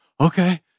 okay